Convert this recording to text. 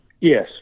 Yes